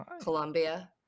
Colombia